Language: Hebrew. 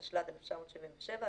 התשל"ז-1977,